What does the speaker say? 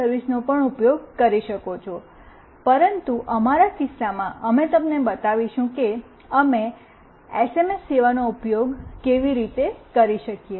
સર્વિસનો ઉપયોગ કરી શકો છો પરંતુ અમારા કિસ્સામાં અમે તમને બતાવીશું કે અમે એસએમએસ સેવાનો ઉપયોગ કેવી રીતે કરી શકીએ